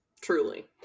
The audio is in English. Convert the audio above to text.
truly